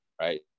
right